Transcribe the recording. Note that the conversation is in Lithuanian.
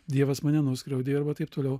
dievas mane nuskriaudė arba taip toliau